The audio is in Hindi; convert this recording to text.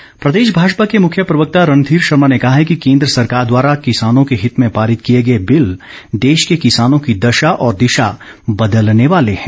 रणधीर शर्मा प्रदेश भाजपा के मुख्य प्रवक्ता रणधीर शर्मा ने कहा है कि केन्द्र सरकार द्वारा किसानों के हित में पारित किए गए बिल देश के किसानों की दशा और दिशा बदलने वाले हैं